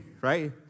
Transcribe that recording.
right